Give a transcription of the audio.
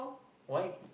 why